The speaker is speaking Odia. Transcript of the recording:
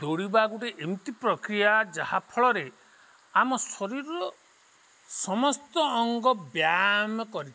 ଦୌଡ଼ିବା ଗୋଟେ ଏମିତି ପ୍ରକ୍ରିୟା ଯାହା ଫଳରେ ଆମ ଶରୀରର ସମସ୍ତ ଅଙ୍ଗ ବ୍ୟାୟାମ କରିଥାଏ